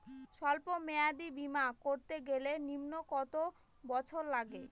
সল্প মেয়াদী বীমা করতে গেলে নিম্ন কত বছর লাগে?